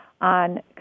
on